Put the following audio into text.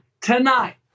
Tonight